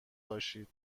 باشید